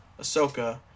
Ahsoka